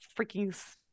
freaking